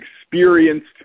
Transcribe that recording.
experienced